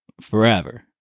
forever